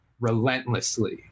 relentlessly